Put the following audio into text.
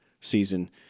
season